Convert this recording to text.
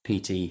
PT